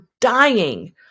dying